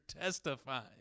testifying